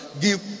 give